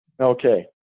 Okay